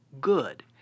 good